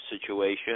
situation